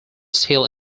still